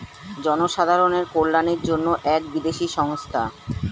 জনসাধারণের কল্যাণের জন্য এক বিদেশি সংস্থা